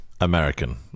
American